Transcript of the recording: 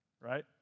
right